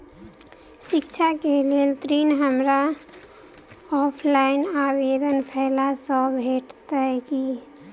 शिक्षा केँ लेल ऋण, हमरा ऑफलाइन आवेदन कैला सँ भेटतय की?